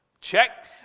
check